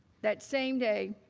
that same day,